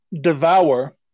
devour